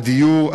הדיור,